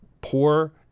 poor